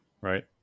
Right